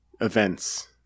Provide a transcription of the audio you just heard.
events